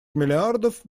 миллиардов